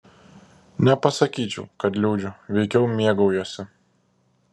nepasakyčiau kad liūdžiu veikiau mėgaujuosi